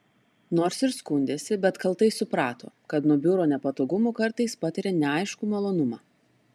nors ir skundėsi bet kaltai suprato kad nuo biuro nepatogumų kartais patiria neaiškų malonumą